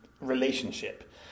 relationship